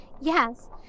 Yes